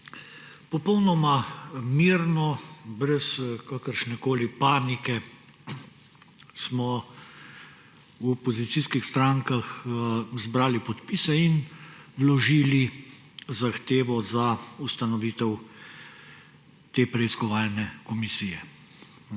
Popolnoma mirno, brez kakršnekoli panike smo v opozicijskih strankah zbrali podpise in vložili zahtevo za ustanovitev te preiskovalne komisije.